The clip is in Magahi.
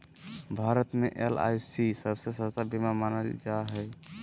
भारत मे एल.आई.सी सबसे सस्ता बीमा मानल जा हय